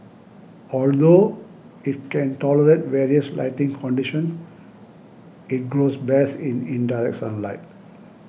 although it can tolerate various lighting conditions it grows best in indirect sunlight